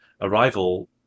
Arrival